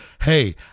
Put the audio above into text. hey